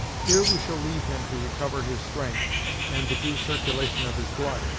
here we shall leave him to recover his strength and the due circulation of his blood,